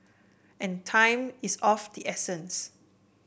and time is of the essence